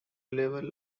label